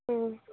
ம்